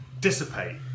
dissipate